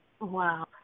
Wow